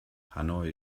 hanoi